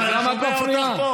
אז למה את מפריעה?